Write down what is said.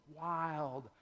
wild